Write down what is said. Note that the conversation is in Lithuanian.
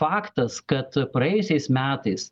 faktas kad praėjusiais metais